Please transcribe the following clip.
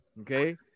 Okay